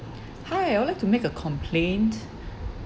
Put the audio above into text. hi I'd like to make a complaint